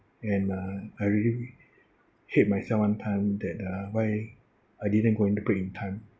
and uh I really hate myself one time that uh why I didn't go into brake in time